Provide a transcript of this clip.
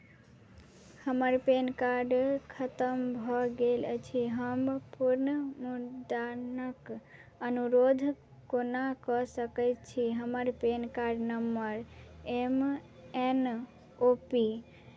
हमर PAN card खतम भऽ गेल अछि हम पुनर्मुद्रणक अनुरोध कोना कऽ सकैत छी हमर PAN card number M N O पी